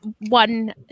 one